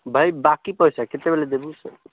ଭାଇ ବାକି ପଇସା କେତେବେଳେ ଦେବି